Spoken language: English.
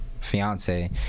fiance